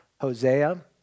Hosea